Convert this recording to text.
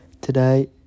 Today